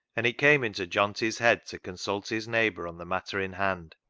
and it came into johnty's head to consult his neigh bour on the matter in hand,